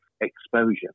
exposure